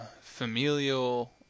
familial